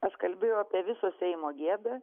aš kalbėjau apie viso seimo gėdą